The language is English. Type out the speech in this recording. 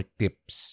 tips